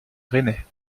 rennais